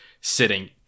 sitting